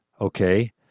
Okay